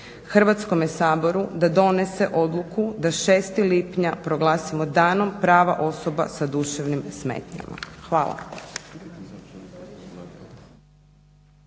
Hrvatskome saboru da donese Odluku da 6. lipnja proglasimo Danom prava osoba s duševnim smetnjama. Hvala.